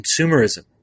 consumerism